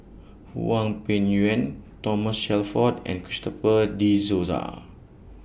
Hwang Peng Yuan Thomas Shelford and Christopher De Souza